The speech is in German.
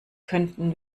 könnten